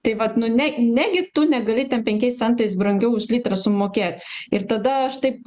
tai vat nu ne negi tu negali ten penkiais centais brangiau už litrą sumokėt ir tada aš taip